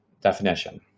definition